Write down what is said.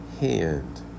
hand